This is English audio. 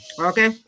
Okay